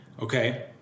Okay